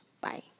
Bye